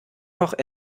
noch